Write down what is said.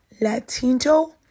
Latino